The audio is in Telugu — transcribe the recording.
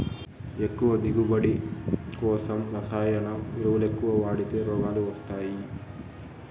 ఎక్కువ దిగువబడి కోసం రసాయన ఎరువులెక్కవ వాడితే రోగాలు వస్తయ్యి